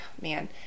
man